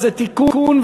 זה תיקון,